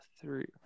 three